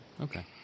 Okay